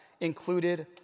included